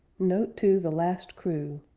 note to the last crew